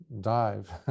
dive